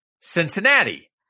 Cincinnati